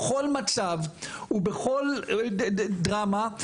בכל מצב ובכל דרמה,